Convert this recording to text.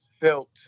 felt